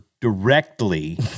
directly